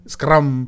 Scrum